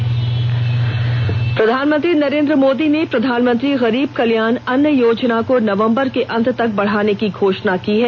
प्रधानमंत्री प्रधानमंत्री नरेन्द्र मोदी ने प्रधानमंत्री गरीब कल्याण अन्न योजना को नवम्बर के अंत तक बढ़ाने की घोषणा की है